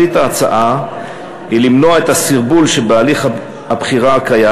תכלית ההצעה היא למנוע את הסרבול שבהליך הבחירה הקיים